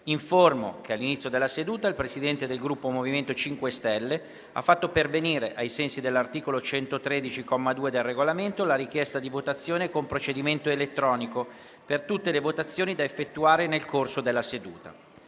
che all'inizio della seduta il Presidente del Gruppo MoVimento 5 Stelle ha fatto pervenire, ai sensi dell'articolo 113, comma 2, del Regolamento, la richiesta di votazione con procedimento elettronico per tutte le votazioni da effettuare nel corso della seduta.